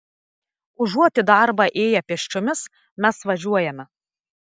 užuot į darbą ėję pėsčiomis mes važiuojame